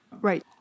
Right